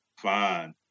fine